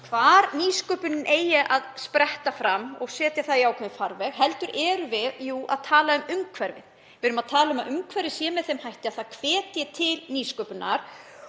hvar nýsköpunin eigi að spretta fram og setja það í ákveðinn farveg heldur erum við að tala um umhverfið. Við erum að tala um að umhverfið sé með þeim hætti að það hvetji til nýsköpunar